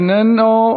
איננו.